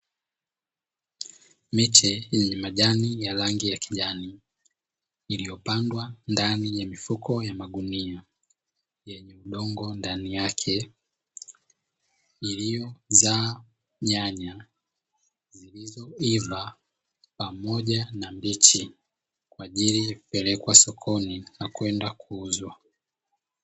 miche yenye majani ya rangi ya kijani iliyopandwa ndani ya mifuko ya magunia yenye udongo ndani yake, iliyozaa nyanya zilizoiva pamoja na mbichi kwaajili ya kupelekwa sokoni na kwenda kuuzwa.